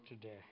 today